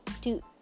two